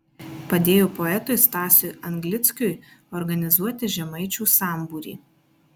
padėjo poetui stasiui anglickiui organizuoti žemaičių sambūrį